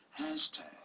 Hashtag